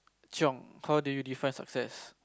chiong how do you define success